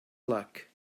luck